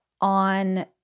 on